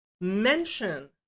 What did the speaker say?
mention